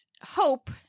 hope